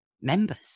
members